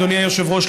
אדוני היושב-ראש,